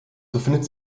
befindet